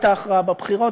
הייתה הכרעה בבחירות,